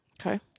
Okay